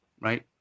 right